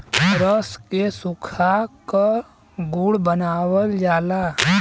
रस के सुखा क गुड़ बनावल जाला